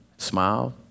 Smiled